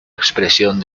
expresión